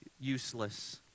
useless